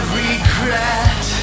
regret